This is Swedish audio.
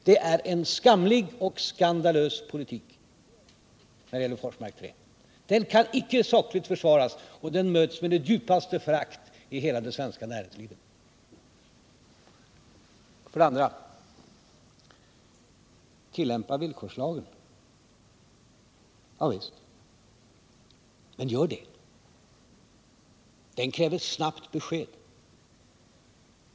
Det är en skamlig och skandalös politik ni fört när det gäller Forsmark 3! Den kan icke sakligt försvaras. Och den möts av djupaste förakt av hela det svenska näringslivet. Vi skall tillämpa villkorslagen, sade herr Bohman. Javisst — men gör det då! Den lagen kräver snabbt besked.